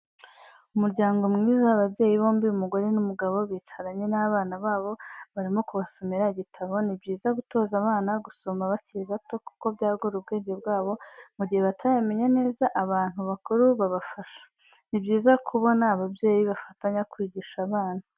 Umuryango mwiza, ababyeyi bombi umugore n'umugabo bicaranye n'abana babo barimo kubasomera igitabo, ni byiza gutoza abana gusoma bakiri bato kuko byagura ubwenge bwabo mu gihe batarabimenya neza, abantu bakuru babafasha, ni byiza kubona ababyeyi bafatanya kwigisha abana.